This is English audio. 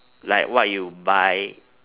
like what you buy